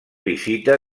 visita